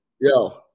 Yo